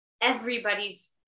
everybody's